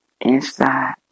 Inside